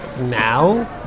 Now